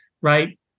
right